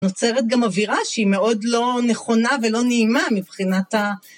נוצרת גם אווירה שהיא מאוד לא נכונה ולא נעימה מבחינת ה...